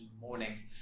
morning